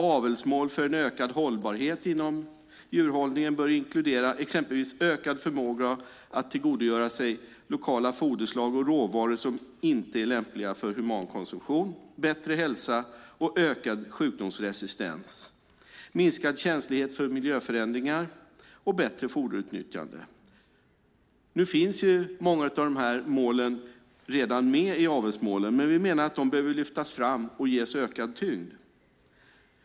Avelsmål för en ökad hållbarhet inom djurhållningen bör inkludera exempelvis ökad förmåga att tillgodogöra sig lokala foderslag och råvaror som inte är lämpliga för humankonsumtion, bättre hälsa och ökad sjukdomsresistens, minskad känslighet för miljöförändringar och bättre foderutnyttjande. Nu finns många av dessa mål redan med i avelsmålen, men vi menar att de behöver lyftas fram och ges ökad tyngd.